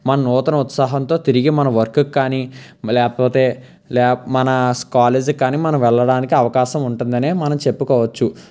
మన నూతన ఉత్సాహంతో తిరిగి మన వర్కుకు కాని లేకపోతే మన కాలేజీకి కాని మనం వెళ్లడానికి అవకాశం ఉంటుందనే మనం చెప్పుకోవచ్చు